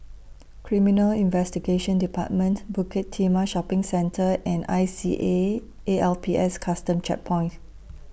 Criminal Investigation department Bukit Timah Shopping Centre and I C A A L P S Custom Checkpoint